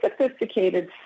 sophisticated